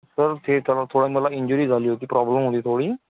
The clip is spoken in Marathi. सर ते तर थोडी मला इंजुरी झाली होती प्रॉब्लम होती थोडी